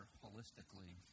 holistically